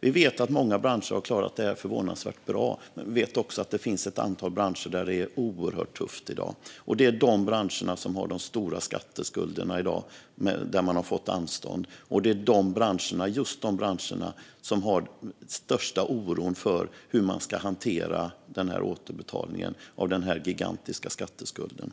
Vi vet att många branscher har klarat det förvånansvärt bra, men vi vet också att det finns ett antal branscher där det i dag är oerhört tufft. Det är de branscherna som har de stora skatteskulderna i dag, och det är där man har fått anstånd. Det är just i dessa branscher man har den största oron för återbetalningarna av den gigantiska skatteskulden.